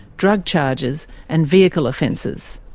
drug charges and vehicle offences.